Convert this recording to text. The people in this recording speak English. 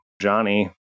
Johnny